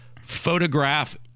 photograph